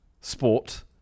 sport